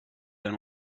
than